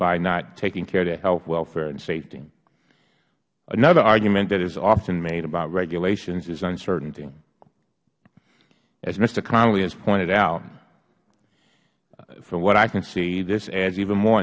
by not taking care of their health welfare and safety another argument that is often made about regulations is uncertainty as mister connolly has pointed out from what i can see this adds even more